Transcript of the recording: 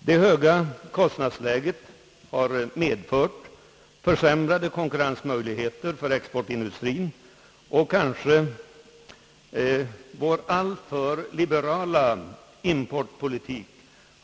Det höga kostnadsläget har medfört försämrade konkurrensmöjligheter för exportindustrien, och vår kanske alltför liberala importpolitik